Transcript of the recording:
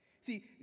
See